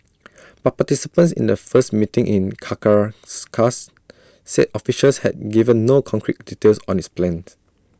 but participants in A first meeting in said officials had given no concrete details on its plans